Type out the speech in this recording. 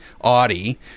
audi